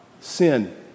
sin